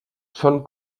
són